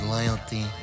Loyalty